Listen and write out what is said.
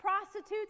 prostitutes